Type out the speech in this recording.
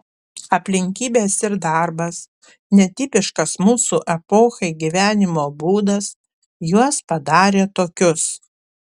aplinkybės ir darbas netipiškas mūsų epochai gyvenimo būdas juos padarė tokius